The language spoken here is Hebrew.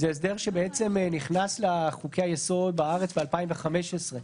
זה הסדר שנכנס לחוקי-היסוד בארץ ב-2015,